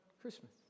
Christmas